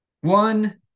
one